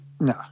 no